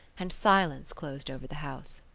and silence closed over the house.